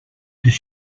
does